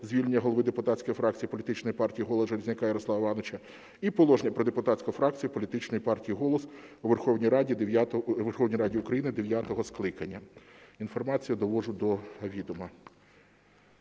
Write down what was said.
звільнення голови депутатської фракції політичної партії "Голос" Железняка Ярослава Івановича і положення про депутатську фракцію політичної партії "Голос" у Верховній Раді України дев'ятого скликання. Інформацію доводжу до відома.